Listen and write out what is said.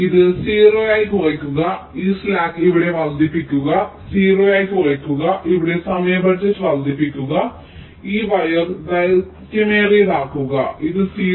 അതിനാൽ ഇത് 0 ആയി കുറയ്ക്കുക ഈ സ്ലാക്ക് ഇവിടെ വർദ്ധിപ്പിക്കുക 0 ആയി കുറയ്ക്കുക ഇവിടെ സമയ ബജറ്റ് വർദ്ധിപ്പിക്കുക ഈ വയർ ദൈർഘ്യമേറിയതാക്കുക ഇത് 0